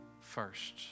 first